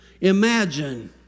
Imagine